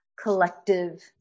collective